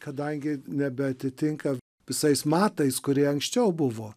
kadangi nebeatitinka visais matais kurie anksčiau buvo